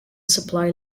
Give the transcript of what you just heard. supply